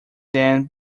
then